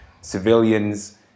civilians